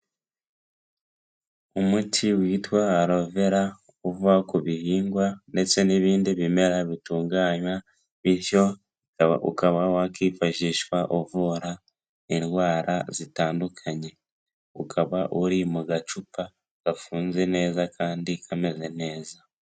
Umuti witwa arovera uva ku bihingwa ndetse n'ibindi bimera bitunganywa, bityo ukaba wakwifashishwa uvura indwara zitandukanye, ukaba uri mu gacupa gafunze neza kandi kameze neza.